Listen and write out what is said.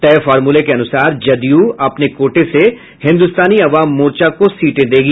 तय फॉर्मूले के अनुसार जदयू अपने कोटे से हिन्दुस्तानी अवाम मोर्चा को सीटें देगी